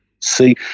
see